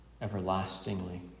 everlastingly